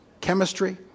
chemistry